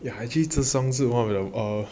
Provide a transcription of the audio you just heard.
yeah actually 这双是 one of their err